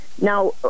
Now